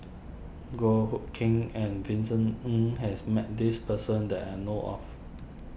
Goh Hood Keng and Vincent Ng has met this person that I know of